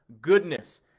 goodness